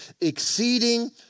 exceeding